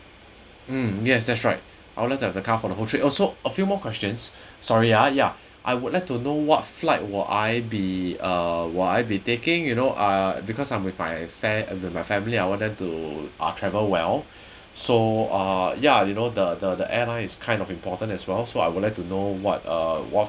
mm yes that's right order the car for the whole trip also a few more questions sorry ah ya I would like to know what flight will I be uh will I be taking you know uh because I'm with my fa~ and with my family I want them to ah travel well so uh ya you know the the the airlines is kind of important as well so I would like to know what uh what